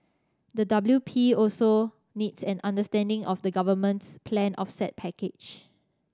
the W P also needs an understanding of the government's planned offset package